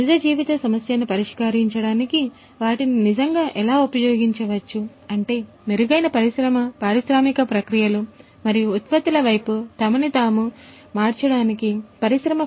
నిజ జీవిత సమస్యను పరిష్కరించడానికి వాటిని నిజంగా ఎలా ఉపయోగించవచ్చు అంటే మెరుగైన పరిశ్రమ పారిశ్రామిక ప్రక్రియలు మరియు ఉత్పత్తుల వైపు తమను తాము మార్చడానికి పరిశ్రమ 4